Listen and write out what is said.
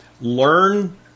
Learn